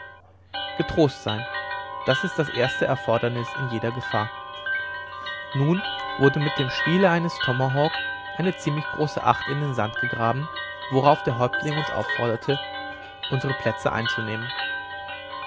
getrost sein das ist das erste erfordernis in jeder gefahr nun wurde mit dem stiele eines tomahawk eine ziemlich große acht in den sand gegraben worauf der häuptling uns aufforderte unsere plätze einzunehmen